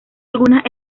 algunas